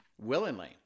willingly